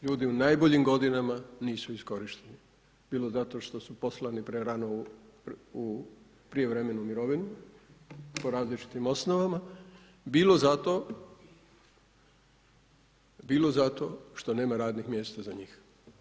Ljudi u najboljim godinama nisu iskorišteni, bilo zato što su poslani prerano u prijevremenu mirovinu po različitim osnovama bilo zato što nema radnih mjesta za njih.